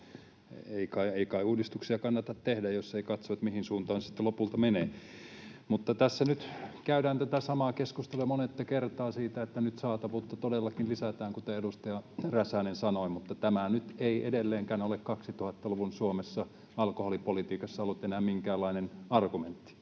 Ei kai uudistuksia kannata tehdä, jos ei katso, mihin suuntaan ne sitten lopulta menevät. Mutta tässä nyt käydään tätä samaa keskustelua monetta kertaa siitä, että nyt saatavuutta todellakin lisätään, kuten edustaja Räsänen sanoi. Mutta tämä nyt ei edelleenkään ole 2000-luvun Suomessa alkoholipolitiikassa ollut enää minkäänlainen argumentti.